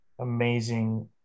amazing